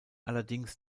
allerdings